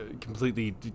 completely